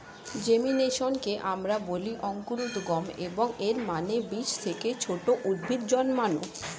জেমিনেশনকে আমরা বলি অঙ্কুরোদ্গম, এবং এর মানে বীজ থেকে ছোট উদ্ভিদ জন্মানো